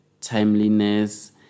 timeliness